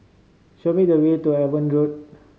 show me the way to Avon Road